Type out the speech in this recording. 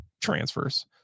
transfers